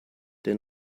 der